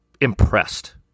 impressed